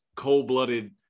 cold-blooded